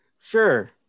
sure